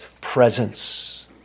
presence